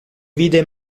vide